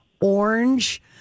orange